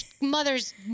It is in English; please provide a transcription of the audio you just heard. mother's